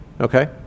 Okay